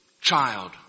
child